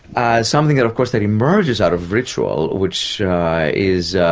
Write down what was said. as something that of course that emerges out of ritual which is,